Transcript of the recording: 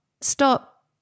Stop